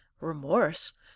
remorse